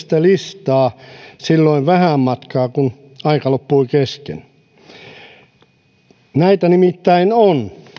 tätä listaa silloin vähän matkaa kun aika loppui kesken näitä nimittäin on